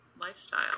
lifestyle